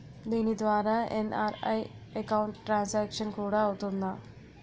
దీని ద్వారా NRI account transaction కూడా అవుతుందా?